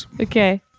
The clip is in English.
okay